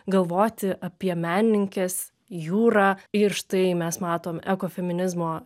galvoti apie menininkes jūrą ir štai mes matom ekofeminizmo